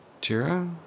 Tira